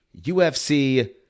UFC